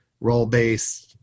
role-based